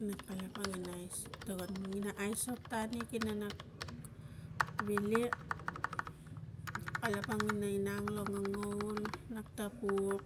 na kalapang ina aisok togon ina aisok tanek ina nap vile, kalapang ina inang lo ngangavul lak tapuk